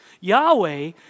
Yahweh